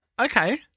Okay